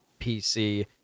PC